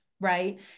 right